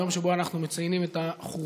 ליום שבו אנחנו מציינים את החורבן.